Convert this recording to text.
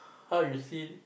how you seal